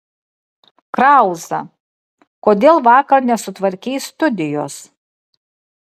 krauza kodėl vakar nesutvarkei studijos